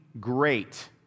great